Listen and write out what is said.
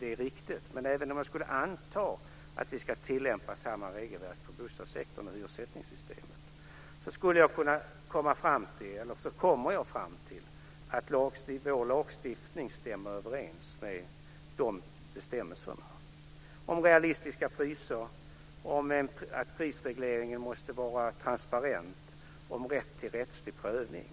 det är riktigt, men även om jag skulle anta att vi skulle tillämpa samma regelverk på bostadssektorn och hyressättningssystemet skulle jag komma fram till att vår lagstiftning stämmer överens med bestämmelserna om realistiska priser, om att prisregleringen måste vara transparent, om rätt till rättslig prövning.